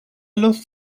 los